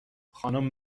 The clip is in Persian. خانوم